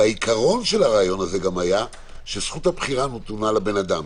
והעיקרון של הרעיון הזה גם היה שזכות הבחירה נתונה לבן אדם.